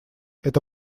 это